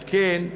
על כן,